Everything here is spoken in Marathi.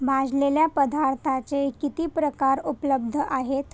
भाजलेल्या पदार्थाचे किती प्रकार उपलब्ध आहेत